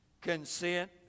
consent